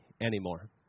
anymore